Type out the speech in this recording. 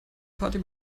party